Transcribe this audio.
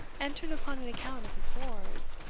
entered upon an account of his wars,